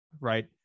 right